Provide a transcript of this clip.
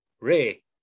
Ray